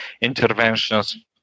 interventions